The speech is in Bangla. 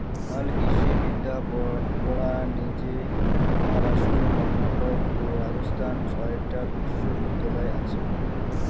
হালকৃষিবিদ্যা পড়ার জিনে মহারাষ্ট্র, কর্ণাটক ও রাজস্থানত ছয়টা বিশ্ববিদ্যালয় আচে